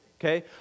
Okay